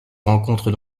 rencontrent